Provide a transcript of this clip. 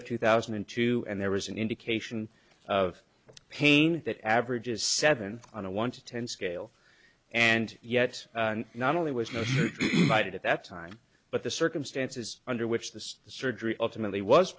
of two thousand and two and there was an indication of pain that averages seven on a one to ten scale and yet not only was not right at that time but the circumstances under which the state surgery ultimately was